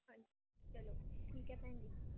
ਹਾਂਜੀ ਚਲੋ ਠੀਕ ਹੈ ਭੈਣ ਜੀ